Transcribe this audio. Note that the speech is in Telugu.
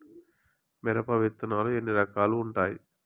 మిరప విత్తనాలు ఎన్ని రకాలు ఉంటాయి?